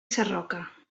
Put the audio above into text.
sarroca